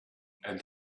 and